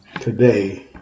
today